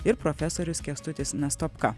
ir profesorius kęstutis nastopka